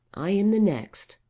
i am the next,